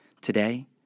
Today